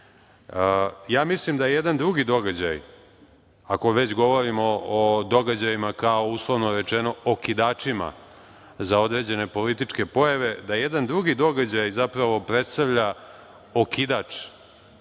mislim da je jedan drugi događaj, ako već govorimo o događajima kao, uslovno rečeno, okidačima za određene političke pojave, da jedan drugi događaj zapravo predstavlja okidač